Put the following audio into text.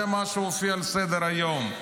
זה מה שהופיע בסדר-היום: